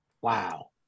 Wow